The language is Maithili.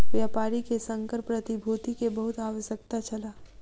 व्यापारी के संकर प्रतिभूति के बहुत आवश्यकता छल